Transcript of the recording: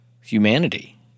humanity